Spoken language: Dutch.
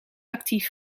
actief